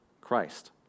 Christ